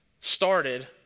started